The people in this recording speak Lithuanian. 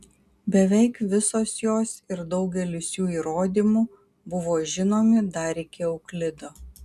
beveik visos jos ir daugelis jų įrodymų buvo žinomi dar iki euklido